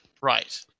Right